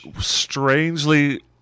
strangely